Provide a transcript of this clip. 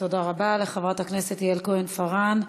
תודה רבה לחברת הכנסת יעל כהן-פארן.